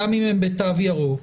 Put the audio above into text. גם אם הן בתו ירוק.